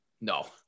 no